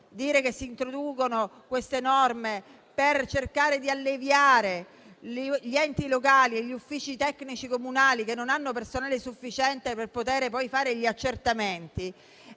dire che si introducono queste norme per cercare di alleviare gli enti locali e gli uffici tecnici comunali, che non hanno personale sufficiente per fare gli accertamenti,